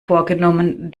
vorgenommen